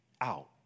out